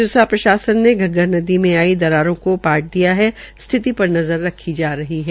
सिरसा प्रशासन ने घग्गर नदी में आई दरारों को पाट दिया है स्थिति पर नज़र रखी जा रही है